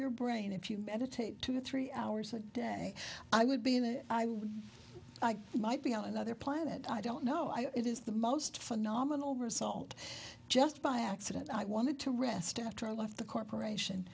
your brain if you meditate two or three hours a day i would be in it i might be on another planet i don't know i it is the most phenomenal result just by accident i wanted to rest after i left the corporation